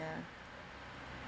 ya